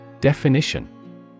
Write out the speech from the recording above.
Definition